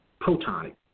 protonic